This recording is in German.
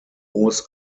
moos